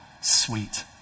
sweet